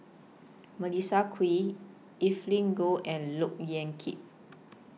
Melissa Kwee Evelyn Goh and Look Yan Kit